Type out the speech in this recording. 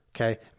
Okay